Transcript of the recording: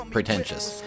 Pretentious